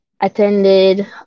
attended